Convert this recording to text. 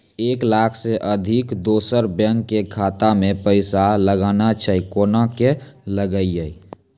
एक लाख से अधिक दोसर बैंक के खाता मे पैसा लगाना छै कोना के लगाए?